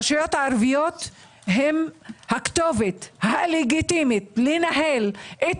הרשויות הערביות הן הכתובת הלגיטימית לנהל את